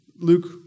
Luke